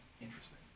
interesting